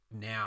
now